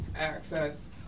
access